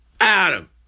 Adam